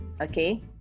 okay